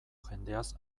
jendeaz